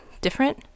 different